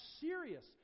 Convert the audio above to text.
serious